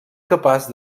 capaç